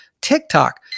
TikTok